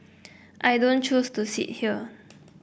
I don't choose to sit here